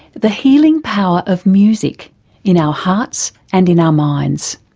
the healing power of music in our hearts and in our minds.